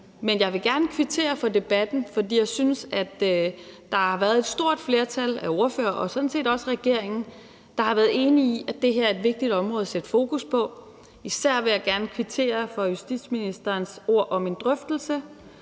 men jeg vil gerne kvittere for debatten, fordi jeg synes, at et stort flertal af ordførere og sådan set også regeringen har været enig i, at det her er et vigtigt område at sætte fokus på. Især vil jeg gerne kvittere for justitsministerens ord om en drøftelse.